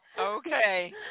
Okay